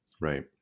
Right